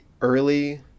early